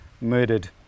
murdered